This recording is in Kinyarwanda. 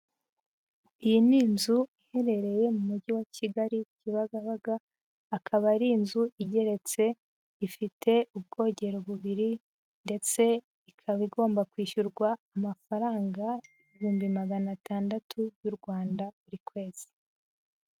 Iyi ni inzu iherereye mu mujyi wa Kigali Kibagabaga, akaba ari inzu igeretse, ifite ubwogero bubiri ndetse ikaba igomba kwishyurwa amafaranga ibihumbi magana atandatu y'u Rwanda buri kwezi.